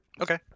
Okay